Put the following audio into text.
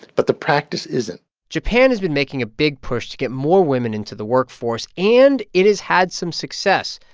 but the practice isn't japan has been making a big push to get more women into the workforce, and it has had some success.